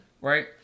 Right